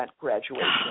graduation